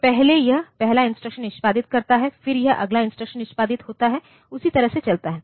तो पहले यह पहला इंस्ट्रक्शन निष्पादित करता है फिर यह अगला इंस्ट्रक्शन निष्पादित होता है उसी तरह से चलता है